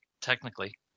technically